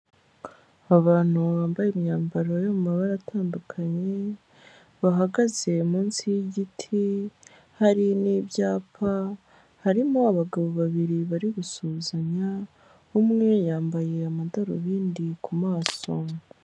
Abantu bambaye imyambaro yo mu mabara atandukanye, bahagaze munsi y'igiti, hari n'ibyapa, harimo abagabo babiri bari gusuhuzanya, umwe yambaye amadarubindi ku maso.